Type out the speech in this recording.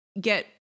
get